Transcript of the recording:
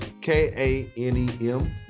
K-A-N-E-M